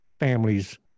families